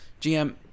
GM